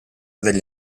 degli